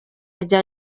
rya